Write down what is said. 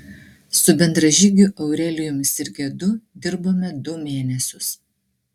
su bendražygiu aurelijumi sirgedu dirbome du mėnesius